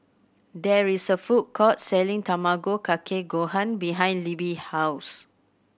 there is a food court selling Tamago Kake Gohan behind Libby house